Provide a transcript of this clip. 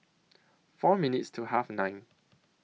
four minutes to Half nine